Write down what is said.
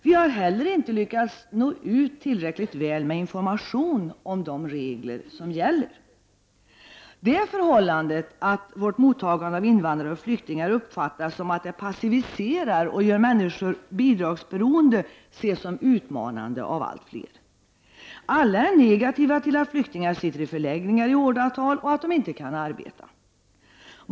Vi har inte heller lyckats nå ut tillräckligt väl med information om de regler som gäller. Det förhållandet att vårt mottagande av invandrare och flyktingar uppfattas som att det passiviserar och gör människor bidragsberoende ses som utmanande av allt fler. Alla är negativa till att flyktingar sitter i förläggningar i åratal och att de inte kan arbeta.